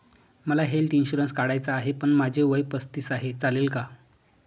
मला health insurance काढायचा आहे पण माझे वय पस्तीस आहे, चालेल का?